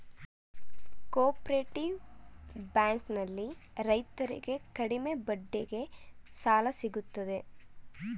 cooperative bank ನಲ್ಲಿ ರೈತರಿಗೆ ಕಡಿಮೆ ಬಡ್ಡಿಗೆ ಸಾಲ ಸಿಗುತ್ತದೆ